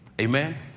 Amen